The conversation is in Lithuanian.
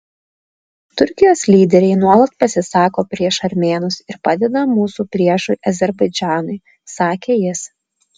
turkijos lyderiai nuolat pasisako prieš armėnus ir padeda mūsų priešui azerbaidžanui sakė jis